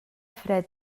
fred